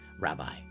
Rabbi